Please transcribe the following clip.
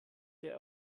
der